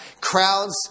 Crowds